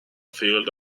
field